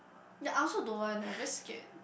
ya I also don't want eh very scared